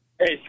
Hey